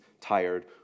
tired